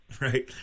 Right